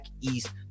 East